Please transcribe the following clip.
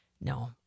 No